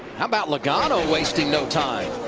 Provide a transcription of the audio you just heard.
how about logano wasting no time.